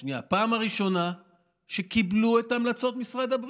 זו הייתה הפעם הראשונה שקיבלו את המלצות משרד הבריאות.